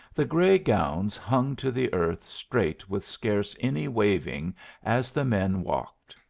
the gray gowns hung to the earth straight with scarce any waving as the men walked.